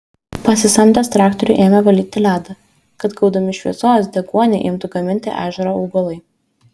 pasisamdęs traktorių ėmė valyti ledą kad gaudami šviesos deguonį imtų gaminti ežero augalai